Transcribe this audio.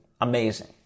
amazing